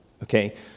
Okay